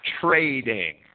trading